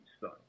son